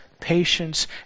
patience